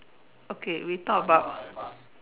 okay we talk about